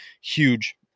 huge